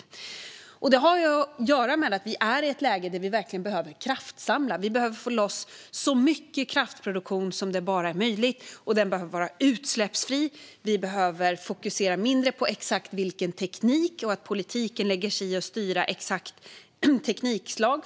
Detta har att göra med att vi är i ett läge där vi behöver kraftsamla. Vi behöver få loss så mycket kraftproduktion som det bara är möjligt, och den behöver vara utsläppsfri. Vi behöver fokusera mindre på exakt vilka teknikslag som används; det behöver inte politiken lägga sig i och styra över.